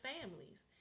families